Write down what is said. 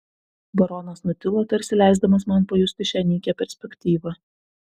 baronas nutilo tarsi leisdamas man pajusti šią nykią perspektyvą